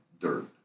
dirt